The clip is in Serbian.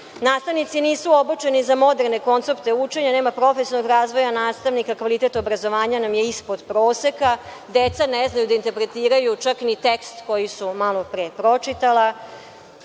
Nastavnici nisu obučeni za moderne koncepte učenja, nema profesionalnog razvoja nastavnika. Kvalitet obrazovanja nam je ispod proseka. Deca ne znaju da interpretiraju čak ni tekst koji su malopre pročitala,